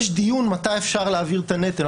יש דיון מתי אפשר להבהיר את הנטל,